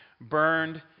burned